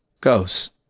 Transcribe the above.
goes